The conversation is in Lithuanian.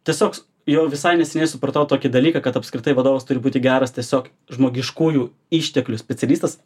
tiesiog jau visai neseniai supratau tokį dalyką kad apskritai vadovas turi būti geras tiesiog žmogiškųjų išteklių specialistas